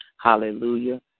hallelujah